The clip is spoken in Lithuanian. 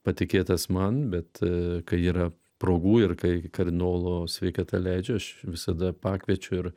patikėtas man bet kai yra progų ir kai kardinolo sveikata leidžia aš visada pakviečiu ir